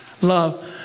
Love